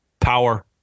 Power